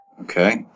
Okay